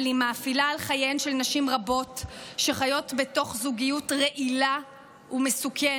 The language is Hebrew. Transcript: אבל היא מאפילה על חייהן של נשים רבות שחיות בתוך זוגיות רעילה ומסוכנת.